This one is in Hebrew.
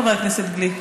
חבר הכנסת גליק?